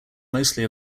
mostly